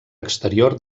exterior